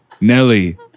Nelly